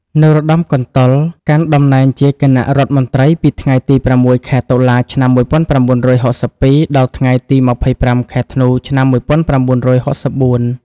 នរោត្តម កន្តុល កាន់តំណែងជាគណៈរដ្ឋមន្ត្រីពីថ្ងៃទី ៦ ខែតុលា ឆ្នាំ១៩៦២ ដល់ថ្ងៃទី ២៥ ខែធ្នូ ឆ្នាំ១៩៦៤។